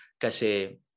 kasi